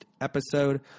episode